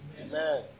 Amen